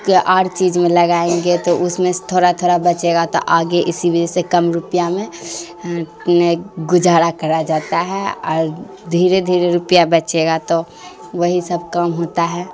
کہ اور چیز میں لگائیں گے تو اس میں سے تھوڑا تھوڑا بچے گا تو آگے اسی وجہ سے کم روپیہ میں گزارا کرا جاتا ہے اور دھیرے دھیرے روپیہ بچے گا تو وہی سب کام ہوتا ہے